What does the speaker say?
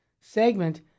segment